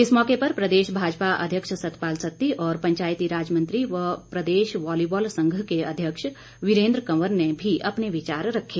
इस मौके पर प्रदेश भाजपा अध्यक्ष सतपाल सत्ती और पंचायतीराज मंत्री व प्रदेश वॉलीबॉल संघ के अध्यक्ष वीरेन्द्र कंवर ने भी अपने विचार रखे